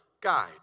guide